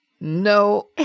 No